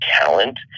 talent